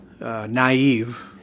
naive